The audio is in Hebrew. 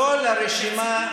כל הרשימה,